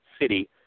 city